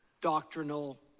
doctrinal